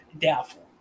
doubtful